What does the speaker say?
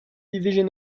division